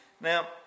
Now